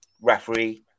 referee